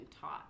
taught